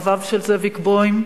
אוהביו של זאביק בוים,